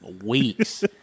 weeks